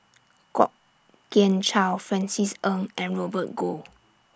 Kwok Kian Chow Francis Ng and Robert Goh